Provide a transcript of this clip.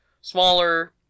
smaller